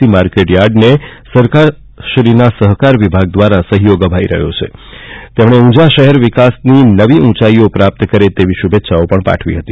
C market યાર્ડોને સરકારશ્રીના સહકાર વિભાગ દ્વારા સહયોગ અપાઇ રહ્યો છે તેમણે ઉંઝા વિકાસની નવીન ઉંચાઇઓ પ્રાપ્ત કરે તેવી શુભેચ્છાઓ પાઠવી હતી